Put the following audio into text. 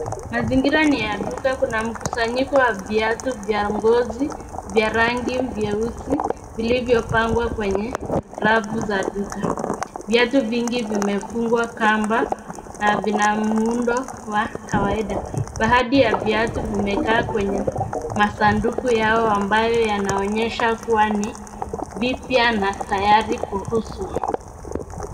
Mazingira ni ya duka. Kuna mkusanyiko wa viatu vya ngozi vya rangi vyeusi vilivyopangwa kwenye rafu za duka. Viatu vingi vimefungwa kamba na vina muundo wa kawaida. Baadhi ya viatu vimekaa kwenye masanduku yao ambayo yanaonyesha kuwa ni vipya na tayari kuuzwa.